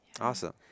Awesome